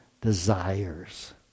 desires